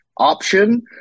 option